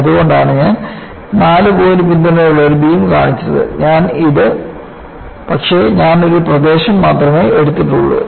അതുകൊണ്ടാണ് ഞാൻ 4 പോയിന്റ് പിന്തുണയുള്ള ഒരു ബീം കാണിച്ചത് പക്ഷേ ഞാൻ ഒരു പ്രദേശം മാത്രമേ എടുത്തിട്ടുള്ളൂ